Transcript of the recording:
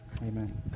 Amen